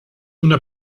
una